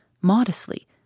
modestly